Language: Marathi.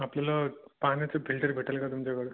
आपल्याला पाण्याचं फिल्टर भेटेल का तुमच्याकडं